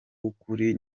w’ukuri